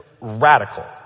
radical